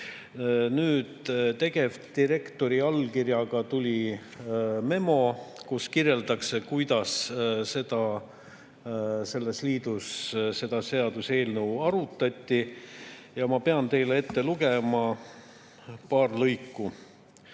liidu tegevdirektori allkirjaga tuli meile memo, kus kirjeldatakse, kuidas selles liidus seda seaduseelnõu arutati. Ma pean teile ette lugema paar lõiku.